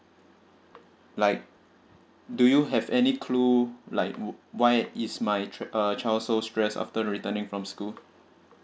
like do you have any clue like wh~ why is my ch~ uh child so stress after returning from school